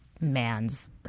man's